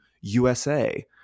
USA